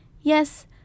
Yes